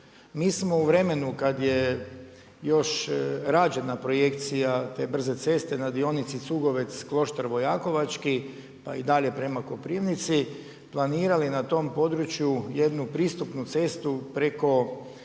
Mi smo u vremenu kad je još rađena projekcija te brze ceste, na dionici Cugovec-Kloštar Vojakovački, pa i dalje prema Koprivnici, planirali na tom području jednu pristupnu cestu preko